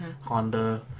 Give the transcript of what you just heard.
Honda